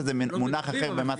שזה מונח אחר במס הכנסה.